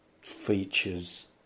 features